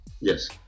Yes